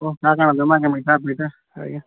କହ ଦା କାଣା ଦେମା କାଏଁ ମିଠା ଫିଠା ଖାଇବା